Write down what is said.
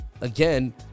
again